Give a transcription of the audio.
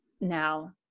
now